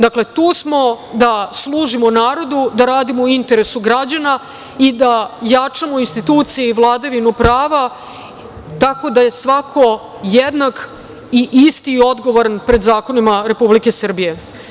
Dakle, tu smo da služimo narodu, da radimo u interesu građana, i da jačamo institucije i vladavinu prava, tako da je svako jednak i isti odgovoran pred zakonima Republike Srbije.